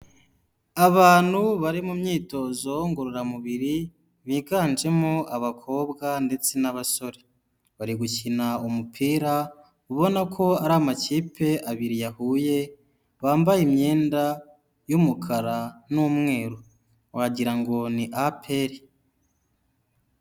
Abantu bari mu myitozo ngororamubiri, biganjemo abakobwa ndetse n'abasore, bari gukina umupira ubona ko ari amakipe abiri yahuye, bambaye imyenda y'umukara n'umweru, wagirango ni APR.